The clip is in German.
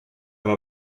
war